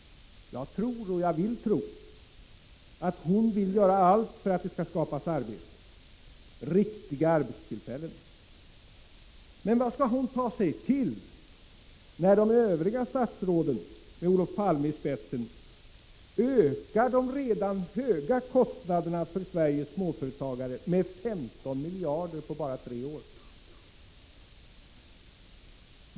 Jag tror, och jag vill tro, att hon vill göra allt för att det skall skapas arbeten, riktiga arbeten. Men vad skall hon ta sig till när de övriga statsråden med Olof Palme i spetsen ökar de redan höga kostnaderna för Sveriges småföretagare med 15 miljarder på bara tre år?